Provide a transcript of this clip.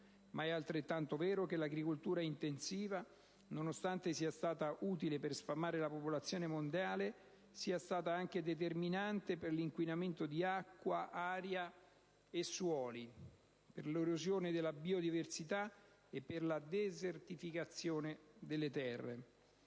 ma è altrettanto vero che l'agricoltura intensiva, nonostante sia stata utile per sfamare la popolazione mondiale, è stata anche determinante per l'inquinamento di acqua, aria e suoli, per l'erosione della biodiversità e per la desertificazione delle terre.